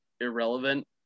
irrelevant